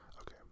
Okay